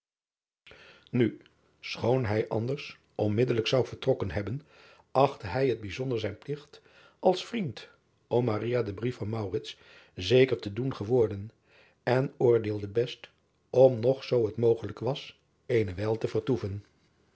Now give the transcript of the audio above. u schoon hij anders onmiddellijk zou vertrokken hebben achtte hij het bijzonder zijn pligt als vriend om den brief van zeker te doen geworden en oordeelde best om nog zoo het mogelijk was eene wijl te vertoeven